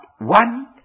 one